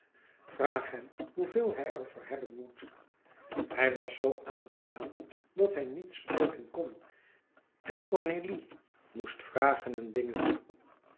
hem hoeveel hij er voor hebben moet hij was zoo aangedaan dat hij niet spreken kon en cornélie moest vragen en dingen